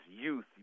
youth